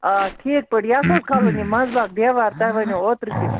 آ ٹھیٖکھ پٲٹھۍ یَتھ اوس کھالُن یہِ منٛزباگ دیوار تۄہہِ وَنِیوو اوترٕ تہِ